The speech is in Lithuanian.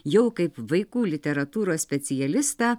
jau kaip vaikų literatūros specialistą